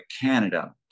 Canada